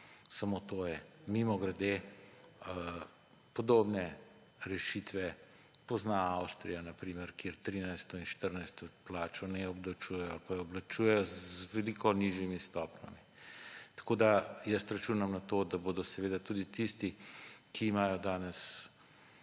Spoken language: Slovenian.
Samo to je. Mimogrede, podobne rešitve pozna na primer Avstrija, kjer 13. in 14. plače ne obdavčujejo ali pa jo obdavčujejo z veliko nižjimi stopnjami. Računam na to, da bodo seveda tudi tisti, ki imajo danes